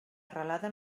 arrelada